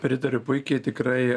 pritariu puikiai tikrai